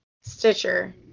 Stitcher